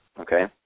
okay